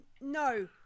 No